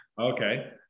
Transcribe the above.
Okay